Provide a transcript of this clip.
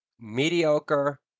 Mediocre